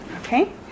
Okay